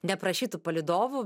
neprašytu palydovu